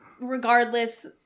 regardless